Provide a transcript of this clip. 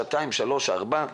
שעתיים, שלוש, ארבע.